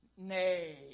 Nay